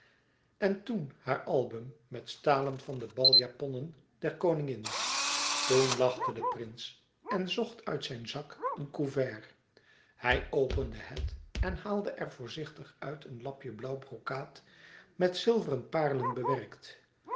en toen haar album met stalen van de baljaponnen der koningin toen lachte de prins en zocht uit zijn zak een couvert hij opende het en haalde er voorzichtig uit een lapje blauw brokaat met zilveren parelen bewerkt